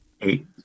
Eight